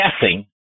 guessing